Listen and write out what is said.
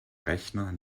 rechner